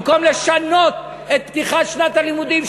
במקום לשנות את מועד פתיחת שנת הלימודים,